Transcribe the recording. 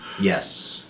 Yes